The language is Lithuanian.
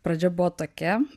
pradžia buvo tokia